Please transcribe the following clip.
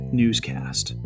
newscast